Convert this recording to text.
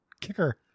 kicker